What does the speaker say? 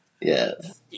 Yes